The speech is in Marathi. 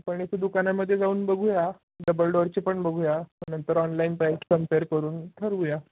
आपण इथं दुकानामध्ये जाऊन बघूया डबल डोअरचीपण बघूया नंतर ऑनलाईन प्राईज कंपेर करून ठरवूया